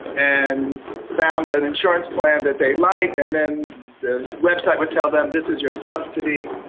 and found ah an insurance plan that they liked, and then the website would tell them this is your subsidy,